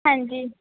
ਹਾਂਜੀ